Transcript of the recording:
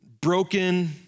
broken